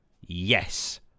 yes